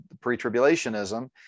pre-tribulationism